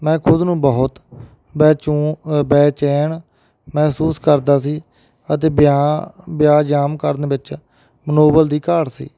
ਮੈਂ ਖੁਦ ਨੂੰ ਬਹੁਤ ਬੈਚੈਨ ਮਹਿਸੂਸ ਕਰਦਾ ਸੀ ਅਤੇ ਵੇਆਹ ਵੇਆਹਜਾਮ ਕਰਨ ਵਿੱਚ ਮਨੋਬਲ ਦੀ ਘਾਟ ਸੀ